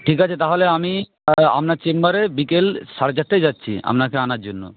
ঠিক আছে তাহলে আমি আপনার চেম্বারে বিকেল সাড়ে চারটেয় যাচ্ছি আপনাকে আনার জন্য